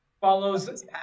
follows